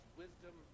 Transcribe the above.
wisdom